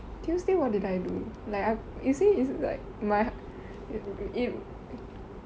tuesday what did I do like I you see it's like my it